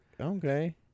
okay